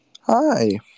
hi